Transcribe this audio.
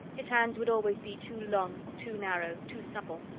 his hands would always be too long, too narrow, too supple.